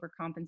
overcompensate